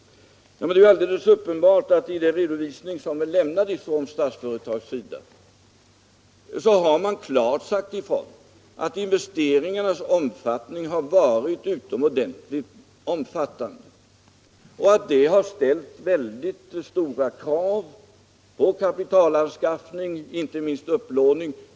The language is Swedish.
Men i den redovisning som är lämnad från Statsföretag sägs klart ifrån att investeringarna har varit utomordentligt omfattande och att det har ställts mycket stora krav på kapitalanskaffning, inte minst upplåning.